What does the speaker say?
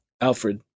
Alfred